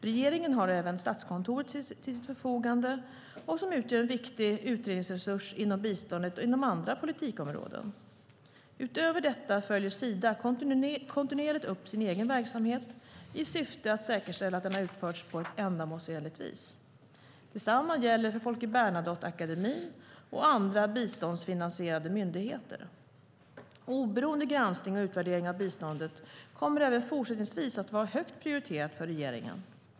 Regeringen har även Statskontoret till sitt förfogande, som utgör en viktig utredningsresurs inom biståndet och inom andra politikområden. Utöver detta följer Sida kontinuerligt upp sin egen verksamhet i syfte att säkerställa att den har utförts på ett ändamålsenligt vis. Detsamma gäller för Folke Bernadotteakademin och andra biståndsfinansierade myndigheter. Oberoende granskning och utvärdering av biståndet kommer även fortsättningsvis att vara högt prioriterat för regeringen.